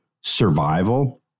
survival